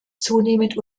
zunehmend